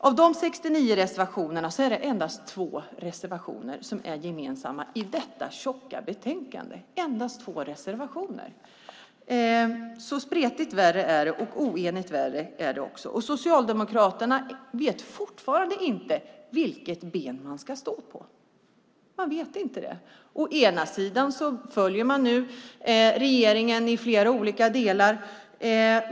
Av de 69 reservationerna är det endast två reservationer som är gemensamma för s, v och mp i detta tjocka betänkande. Det är alltså spretigt värre och oenigt värre. Socialdemokraterna vet fortfarande inte vilket ben de ska stå på. Å ena sidan följer de nu regeringen i flera olika delar.